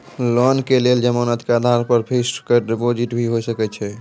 Loan के लेल जमानत के आधार पर फिक्स्ड डिपोजिट भी होय सके छै?